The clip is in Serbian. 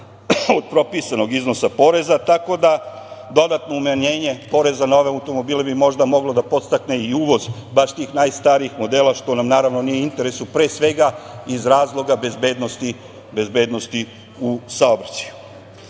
od propisanog iznosa poreza, tako da dodatno umanjenje poreza na ove automobile bi možda moglo da podstakne i uvoz baš tih najstarijih modela, što nam naravno nije interes pre svega iz razloga bezbednosti u saobraćaju. Što